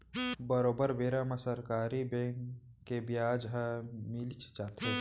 बरोबर बेरा म सरकारी बेंक के बियाज ह मिलीच जाथे